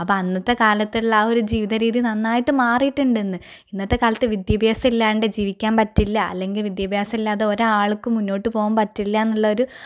അപ്പോൾ അന്നത്തെ കാലത്തുള്ള ആ ഒരു ജീവിതരീതി നന്നായിട്ട് മാറിയിട്ടുണ്ട് ഇന്ന് ഇന്നത്തെ കാലത്ത് വിദ്യാഭ്യാസം ഇല്ലാതെ ജീവിക്കാൻ പറ്റില്ല അല്ലെങ്കിൽ വിദ്യാഭ്യാസം ഇല്ലാതെ ഒരാൾക്ക് മുന്നോട്ടു പോകാൻ പറ്റില്ല എന്നുള്ളൊരു